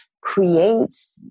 creates